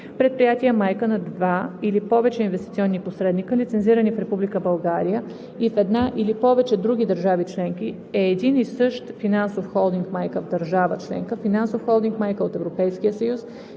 предприятие майка на два или повече инвестиционни посредника, лицензирани в Република България и в една или повече други държави членки, е един и същ финансов холдинг майка в държава членка, финансов холдинг майка от Европейския съюз,